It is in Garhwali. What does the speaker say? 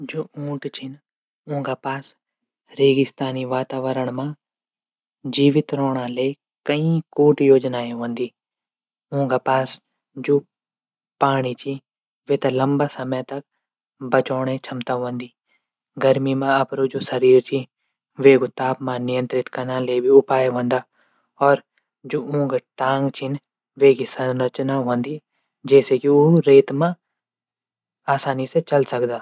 जू ऊंट छन ऊंका पास रेगिस्तानी वातावरण मा जीवित रौणा ले कई कोटी योजनाएं हूंदा। ऊंका पास जू पाणी च वे थै लंबो समय तक बचाणा क्षमता हूंदा। गर्मी मा जू अपडू शरीर च वेकू तापमान नियंत्रित कनो तै भी उपाय हूंदा। और जू ऊंका टांग छन। वेकी सरंचना हूंदी। जैसे की ऊ लेत मा आसानी से चल सकदा।